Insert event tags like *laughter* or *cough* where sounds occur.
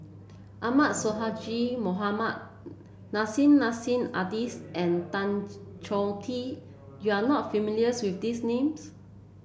Ahmad Sonhadji Mohamad Nissim Nassim Adis and Tan *unintelligible* Choh Tee you are not familiar with these names